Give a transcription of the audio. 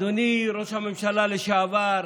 אדוני ראש הממשלה לשעבר,